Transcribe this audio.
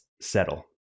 settle